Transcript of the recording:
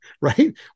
right